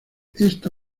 esta